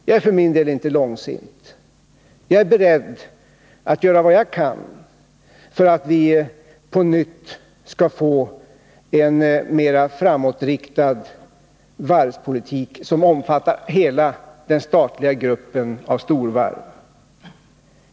Jag är för min del inte långsint, utan jag är beredd att göra vad jag kan för att vi på nytt skall få en mera framåtriktad varvspolitik som omfattar hela den statliga gruppen av storvarv.